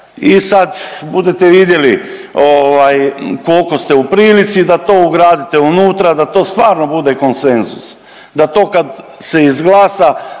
i sad, budete vidjeli ovaj, koliko ste u prilici da to ugradite unutra, da to stvarno bude konsenzus. Da to kad se izglasa,